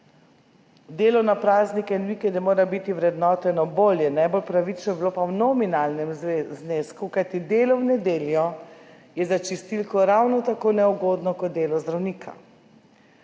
Delo na praznike in vikende mora biti vrednoteno bolje, najbolj pravično pa bi bilo v nominalnem znesku, kajti delo v nedeljo je za čistilko ravno tako neugodno kot delo zdravnika.